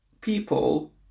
people